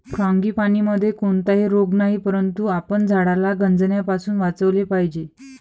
फ्रांगीपानीमध्ये कोणताही रोग नाही, परंतु आपण झाडाला गंजण्यापासून वाचवले पाहिजे